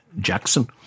Jackson